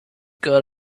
got